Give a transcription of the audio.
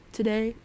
Today